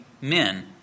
men